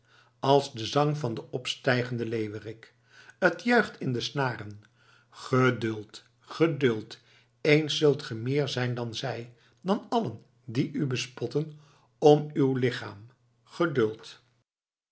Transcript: als de zang van den opstijgenden leeuwerik t juicht in de snaren geduld geduld eens zult ge meer zijn dan zij dan allen die u bespotten om uw lichaam geduld